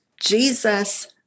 Jesus